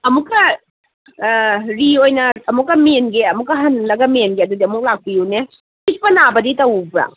ꯑꯃꯨꯛꯀ ꯔꯤ ꯑꯣꯏꯅ ꯑꯃꯨꯛꯀ ꯃꯦꯟꯒꯦ ꯑꯃꯨꯛꯀ ꯍꯜꯂꯒ ꯃꯦꯟꯒꯦ ꯑꯗꯨꯗꯤ ꯑꯃꯨꯛ ꯂꯥꯛꯄꯤꯌꯨꯅꯦ ꯆꯤꯛꯄ ꯅꯥꯕꯗꯤ ꯇꯧꯕ꯭ꯔꯥ